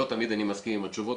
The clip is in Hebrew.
לא תמיד אני מסכים עם התשובות,